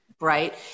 right